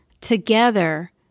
Together